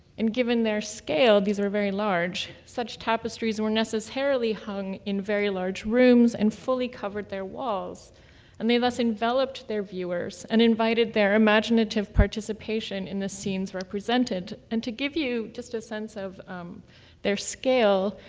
given their scale, these were very large, such tapestries were necessarily hung in very large rooms and fully covered their walls and they thus enveloped their viewers and invited their imaginative participation in the scenes represented. and to give you just a sense of their scale,